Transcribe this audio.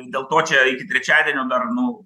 dėl to čia iki trečiadienio dar nu